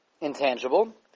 Intangible